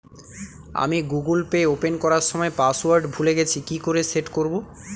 আমি Google pay open করার সময় পাসওয়ার্ড ভুলে গেছি কি করে সেট করব?